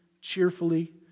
cheerfully